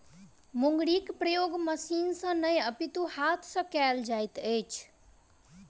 मुंगरीक प्रयोग मशीन सॅ नै अपितु हाथ सॅ कयल जाइत अछि